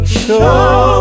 show